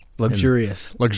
Luxurious